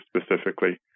specifically